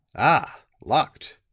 ah, locked!